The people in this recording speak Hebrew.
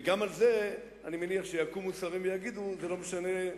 וגם על זה אני מניח שיקומו שרים ויגידו שזה לא משנה,